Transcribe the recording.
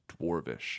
dwarvish